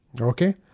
Okay